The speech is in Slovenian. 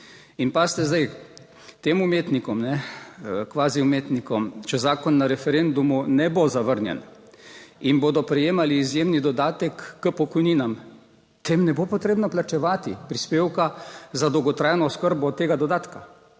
In pazite zdaj, tem umetnikom. Kvazi umetnikom, če zakon na referendumu ne bo zavrnjen, in bodo prejemali izjemni dodatek k pokojninam, tem ne bo potrebno plačevati prispevka. Za dolgotrajno oskrbo, tega dodatka.